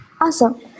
Awesome